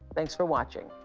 thanks for watching.